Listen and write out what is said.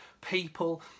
people